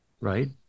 Right